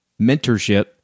mentorship